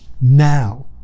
now